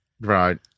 Right